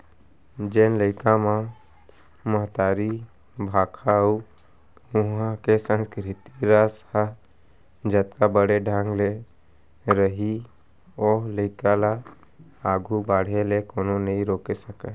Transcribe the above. जेन लइका म महतारी भाखा अउ उहॉं के संस्कृति रस ह जतका बने ढंग ले रसही ओ लइका ल आघू बाढ़े ले कोनो नइ रोके सकयँ